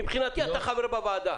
מבחינתי אתה חבר בוועדה.